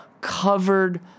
covered